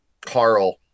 Carl